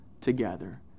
together